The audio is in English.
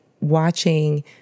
watching